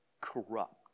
corrupt